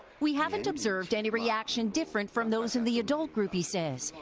we haven't observed any reaction different from those in the adult group, he says.